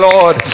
Lord